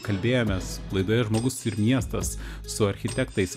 kalbėjomės laidoje žmogus ir miestas su architektais